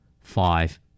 five